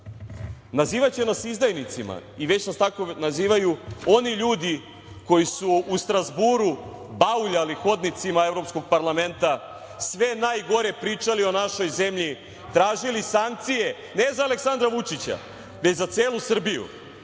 nazivaće nas izdajnicima i već nas tako nazivaju oni ljudi koji su u Strazburu bauljali hodnicima Evropskog parlamenta, sve najgore pričali o našoj zemlji, tražili sancije ne za Aleksandra Vučića, već za celu Srbiju